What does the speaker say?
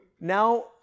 Now